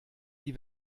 die